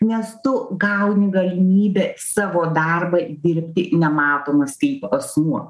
nes tu gauni galimybę savo darbą dirbti nematomas kaip asmuo